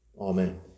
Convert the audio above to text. Amen